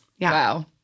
Wow